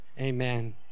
amen